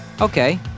okay